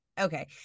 okay